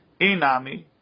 Inami